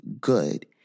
good